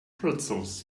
pretzels